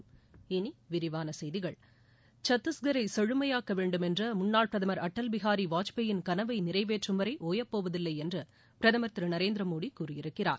இனி விரிவான செய்திகள் சத்தீஸ்கரை செழுமையாக்க வேண்டும் என்ற முன்னாள் பிரதமர் அடல் பிகாரி வாஜ்பாயின் கனவை நிறைவேற்றும் வரை ஒயப்போவதில்லை என்று பிரதமர் திரு நரேந்திர மோடி கூறியிருக்கிறார்